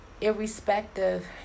irrespective